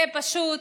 זה פשוט